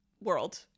world